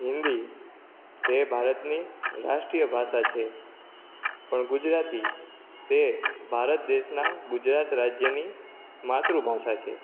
હિન્દી તે ભારતની રાષ્ટ્રીય ભાષા છે પણ ગુજરાતી તે ભારત દેશના ગુજરાત રાજ્યની માતૃભાષા છે